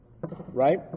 Right